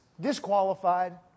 disqualified